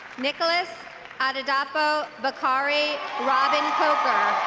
nicholas adedapo bakari robbin-coker